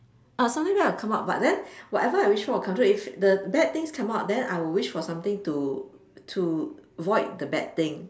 ah something bad will come out but then whatever I wish for will come true if the bad things come out then then I will wish for something to to void the bad thing